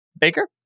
baker